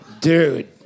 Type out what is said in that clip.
Dude